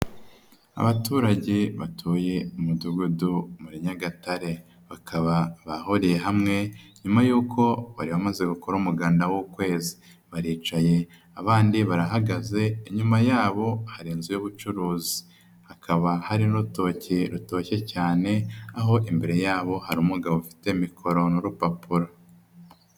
Abaturage batuye mu mudugudu muri Nyagatare. Bakaba bahuriye hamwe nyuma y'uko bari bamaze gukora umuganda w'ukwezi, baricaye abandi barahagaze. Inyuma yabo hari inzu y'ubucuruzi, hakaba hari n'urutoki rutoshye cyane. Aho imbere yabo harimo umugabo ufite mikoro n'urupapuro.